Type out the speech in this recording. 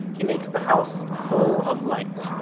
he makes the house full of light.